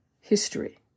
history